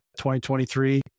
2023